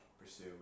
pursue